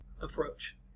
approach